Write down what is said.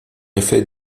effet